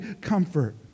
comfort